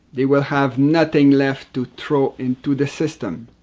they will have nothing left to throw into the system!